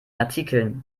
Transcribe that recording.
artikeln